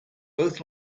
both